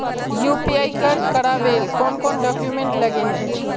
UPI कर करावेल कौन कौन डॉक्यूमेंट लगे है?